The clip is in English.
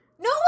No